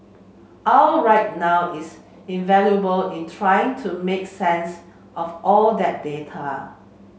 I'll right now is invaluable in trying to help make sense of all that data